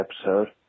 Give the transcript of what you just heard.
episode